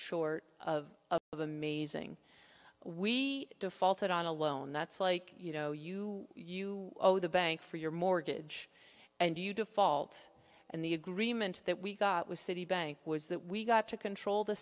short of of amazing we defaulted on a loan that's like you know you you know the bank for your mortgage and you default and the agreement that we got with citibank was that we got to control the